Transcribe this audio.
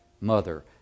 mother